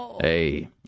hey